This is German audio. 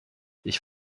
ich